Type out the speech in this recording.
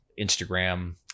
Instagram